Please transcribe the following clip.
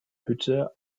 hütte